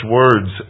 words